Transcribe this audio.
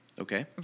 Okay